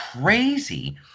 crazy